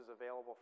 available